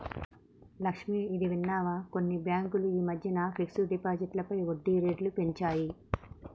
లక్ష్మి, ఇది విన్నావా కొన్ని బ్యాంకులు ఈ మధ్యన ఫిక్స్డ్ డిపాజిట్లపై వడ్డీ రేట్లు పెంచాయి